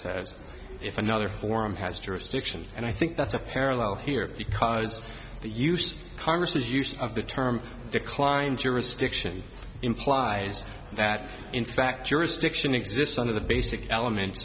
says if another forum has jurisdiction and i think that's a parallel here because the use congress's use of the term declined jurisdiction implies that in fact jurisdiction exists on the basic element